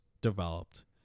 developed